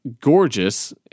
gorgeous